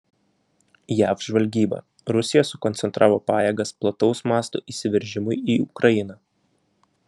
jav žvalgyba rusija sukoncentravo pajėgas plataus mąsto įsiveržimui į ukrainą